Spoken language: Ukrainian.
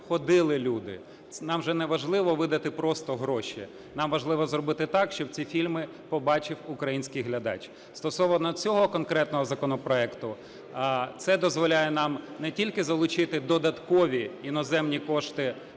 ходили люди. Нам же не важливо видати просто гроші, нам важливо зробити так, щоб ці фільми побачив український глядач. Стосовно цього конкретного законопроекту. Це дозволяє нам не тільки залучити додаткові іноземні кошти